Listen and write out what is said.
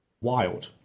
wild